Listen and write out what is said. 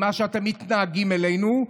מאיך שאתם מתנהגים אלינו.